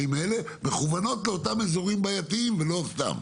שיכוונו לאותם אזורים בעייתיים ולא סתם.